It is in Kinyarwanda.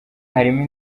harimo